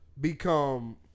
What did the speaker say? become